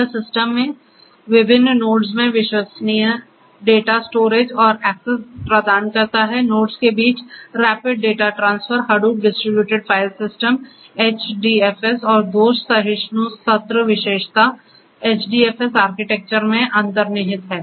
यह सिस्टम में विभिन्न नोड्स में विश्वसनीय डेटा स्टोरेज और एक्सेस प्रदान करता है नोड्स के बीच rapid data transfer Hadoop distributed file system HDFS और दोष सहिष्णु सत्र विशेषता HDFS आर्किटेक्चर में अंतर्निहित है